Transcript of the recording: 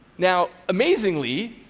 now, amazingly,